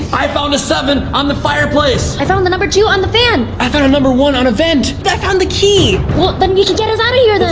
i found a seven on the fireplace. i found the number two on the fan. i found a number one on a vent. i found the key. well, then you can get us out of here then.